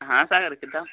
ਹਾਂ ਸਾਗਰ ਕਿਦਾਂ